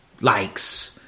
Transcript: likes